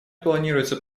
планируется